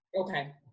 Okay